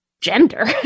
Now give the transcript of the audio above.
gender